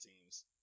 teams